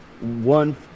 one